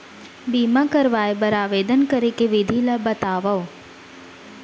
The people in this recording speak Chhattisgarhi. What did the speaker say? बीमा करवाय बर आवेदन करे के विधि ल बतावव?